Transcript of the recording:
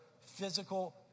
physical